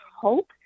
hope